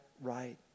right